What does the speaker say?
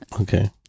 okay